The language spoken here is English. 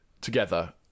together